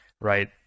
right